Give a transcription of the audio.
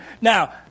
Now